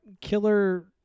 killer